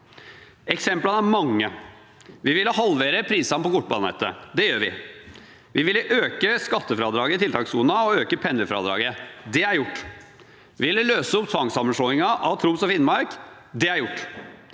Eksemplene er mange. Vi ville halvere prisene på kortbanenettet. Det gjør vi. Vi ville øke skattefradraget i tiltakssonen og øke pendlerfradraget. Det er gjort. Vi ville løse opp tvangssammenslåingen av Troms og Finnmark. Det er gjort.